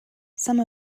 some